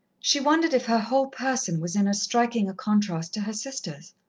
she wondered if her whole person was in as striking a contrast to her sister's.